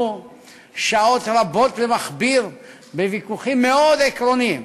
שעות רבות למכביר בוויכוחים מאוד עקרוניים